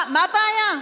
מה הבעיה?